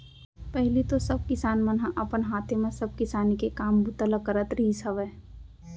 पहिली तो सब किसान मन ह अपन हाथे म सब किसानी के काम बूता ल करत रिहिस हवय